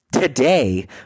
Today